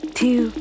two